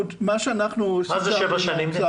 זה שבע שנים?